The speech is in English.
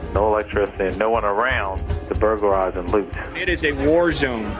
no electricity, no one around to burglarize and loot it is a war zone,